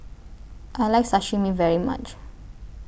I like Sashimi very much